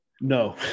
no